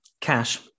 cash